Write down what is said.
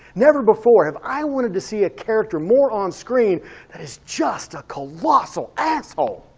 never before have i wanted to see a character more on screen that is just a colossal asshole!